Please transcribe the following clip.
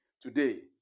today